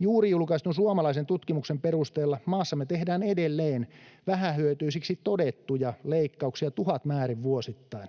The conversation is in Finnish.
Juuri julkaistun suomalaisen tutkimuksen perusteella maassamme tehdään edelleen vähähyötyisiksi todettuja leikkauksia tuhatmäärin vuosittain.